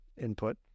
input